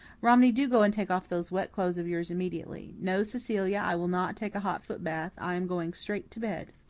romney, do go and take off those wet clothes of yours immediately. no, cecilia, i will not take a hot footbath. i am going straight to bed.